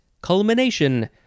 culmination